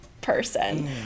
person